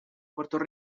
puerto